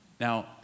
Now